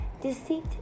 Deceit